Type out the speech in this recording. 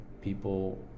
people